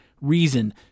Reason